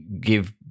give